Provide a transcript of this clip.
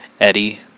Eddie